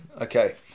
Okay